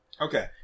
Okay